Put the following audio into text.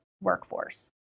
workforce